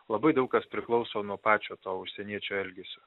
labai daug kas priklauso nuo pačio to užsieniečio elgesio